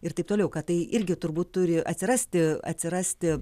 ir taip toliau kad tai irgi turbūt turi atsirasti atsirasti